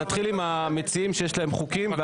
נתחיל עם המציעים שיש להם חוקים.